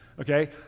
Okay